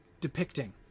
depicting